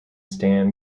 stan